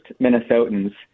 Minnesotans